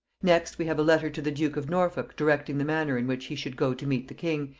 next we have a letter to the duke of norfolk directing the manner in which he should go to meet the king,